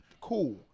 Cool